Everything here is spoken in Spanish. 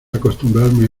acostumbrarme